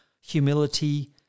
humility